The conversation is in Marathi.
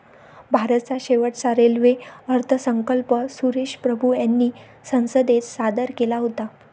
भारताचा शेवटचा रेल्वे अर्थसंकल्प सुरेश प्रभू यांनी संसदेत सादर केला होता